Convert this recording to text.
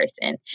person